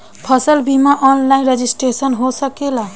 फसल बिमा online registration हो सकेला?